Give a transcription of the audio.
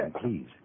please